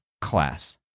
class